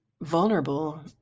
vulnerable